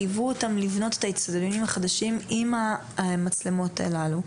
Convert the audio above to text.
חייבו אותם לבנות את האצטדיונים החדשים עם המצלמות הללו.